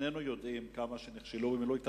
שנינו יודעים על כמה שנכשלו במילוי תפקידם.